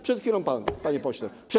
Przed chwilą pan, panie pośle.